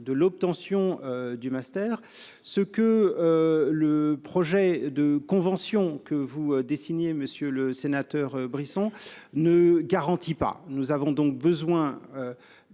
de l'obtention du master, ce que le projet de convention que vous envisagez, monsieur le sénateur Brisson, ne garantit pas. Nous avons besoin